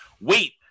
wait